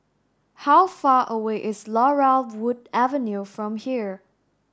how far away is Laurel Wood Avenue from here